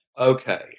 Okay